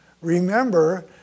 remember